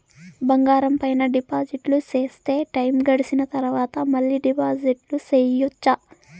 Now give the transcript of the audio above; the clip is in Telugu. బంగారం పైన డిపాజిట్లు సేస్తే, టైము గడిసిన తరవాత, మళ్ళీ డిపాజిట్లు సెయొచ్చా?